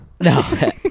No